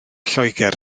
lloegr